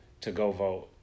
to-go-vote